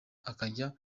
akajya